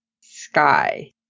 Sky